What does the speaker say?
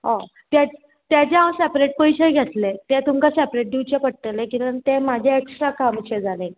हय तेजे हांव सेपरेट पयशे घेतले तें तुमकां सेपरेट दिवचे पडटले किद्याक तें म्हाजे एक्स्ट्रा कामाचे जाले